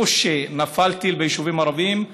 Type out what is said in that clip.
כשנפל טיל ביישובים הערביים,